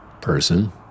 person